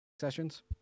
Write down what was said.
sessions